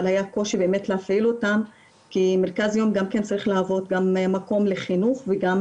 אבל היה קושי להפעיל אותם כי מרכז יום צריך להוות גם מקור לחינוך וגם